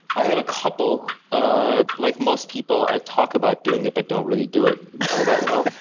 i have a couple. ah like most people, i talk about doing it but don't really do it all that well.